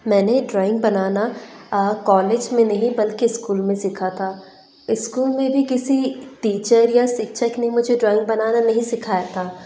मैंने ड्रॉइंग बनाना कॉलेज में नहीं बल्कि स्कूल में सीखा था स्कूल में भी किसी टीचर या शिक्षक ने मुझे ड्रॉइंग बनाना नहीं सिखाया था